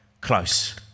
close